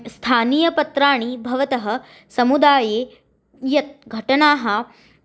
स्थानीयपत्राणि भवतः समुदाये यत् घटनाः